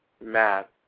Matt